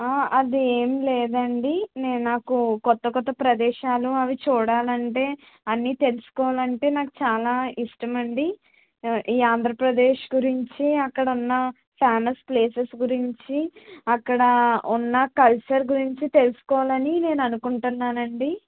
అదేం లేదండి నేను నాకు కొత్త కొత్త ప్రదేశాలు అవి చూడాలంటే అన్ని తెలుసుకోవాలంటే నాకు చాలా ఇష్టమండి ఈ ఆంధ్రప్రదేశ్ గురించి అక్కడ ఉన్న ఫేమస్ ప్లేసెస్ గురించి అక్కడ ఉన్న కల్చర్ గురించి తెలుసుకోవాలని నేను అనుకుంటున్నానండి